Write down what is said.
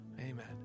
Amen